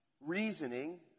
Reasoning